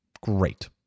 Great